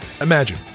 Imagine